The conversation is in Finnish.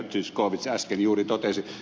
zyskowicz äsken juuri totesi